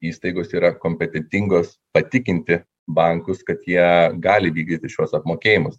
įstaigos yra kompetentingos patikinti bankus kad jie gali vykdyti šiuos apmokėjimus